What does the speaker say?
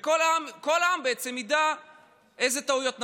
וכל העם בעצם ידע איזה טעויות נעשו,